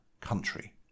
country